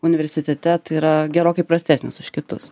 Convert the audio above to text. universite tai yra gerokai prastesnis už kitus